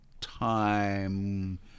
time